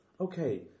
okay